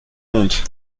honte